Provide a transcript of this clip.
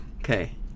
Okay